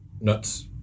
nuts